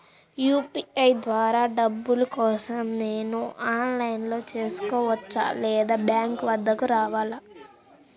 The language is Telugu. యూ.పీ.ఐ ద్వారా డబ్బులు కోసం నేను ఆన్లైన్లో చేసుకోవచ్చా? లేదా బ్యాంక్ వద్దకు రావాలా?